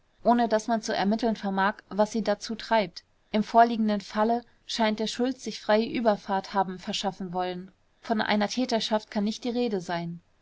ohne daß man zu ermitteln vermag was sie dazu treibt im vorliegenden falle scheint der schulz sich freie überfahrt haben verschaffen wollen von einer täterschaft kann nicht die rede sein